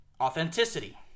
authenticity